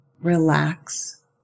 Relax